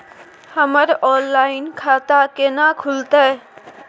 हमर ऑनलाइन खाता केना खुलते?